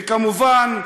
וכמובן,